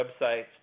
websites